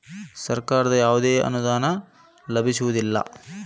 ಅಕೌಂಟಗೆ ಕೆ.ವೈ.ಸಿ ಕೊಡದಿದ್ದರೆ ಏನಾಗುತ್ತೆ?